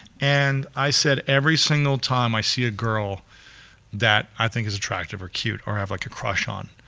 and i said every single time i see a girl that i think is attractive or cute or i have like a crush on,